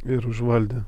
ir užvaldė